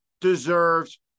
deserves